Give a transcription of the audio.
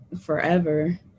forever